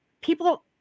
people